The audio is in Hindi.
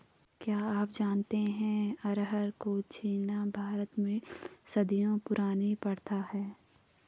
क्या आप जानते है अरहर को छीलना भारत में सदियों पुरानी प्रथा है?